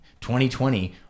2020